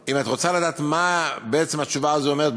אם את רוצה לדעת מה התשובה הזאת אומרת,